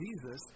Jesus